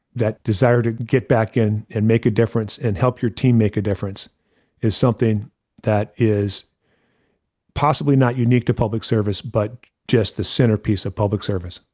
that desire to get back in and make a difference and help your team make a difference is something that is possibly not unique to public service, but just the centerpiece of public service.